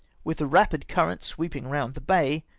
with a rapid current sweeping round the bay,